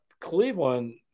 Cleveland